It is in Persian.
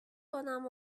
کنم